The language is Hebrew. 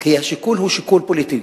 כי השיקול הוא שיקול פוליטי.